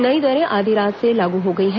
नई दरें आधी रात से लागू हो गई हैं